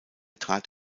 trat